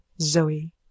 Zoe